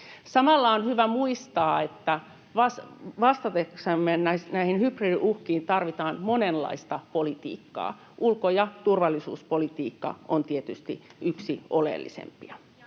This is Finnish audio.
Samalla on hyvä muistaa, että vastataksemme näihin hybridiuhkiin tarvitaan monenlaista politiikkaa — ulko- ja turvallisuuspolitiikka on tietysti yksi oleellisimpia.